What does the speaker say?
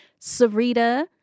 Sarita